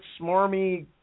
smarmy